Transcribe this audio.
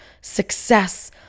success